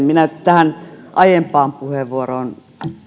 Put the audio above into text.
minä tähän aiempaan puheenvuoroon